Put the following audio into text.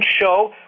show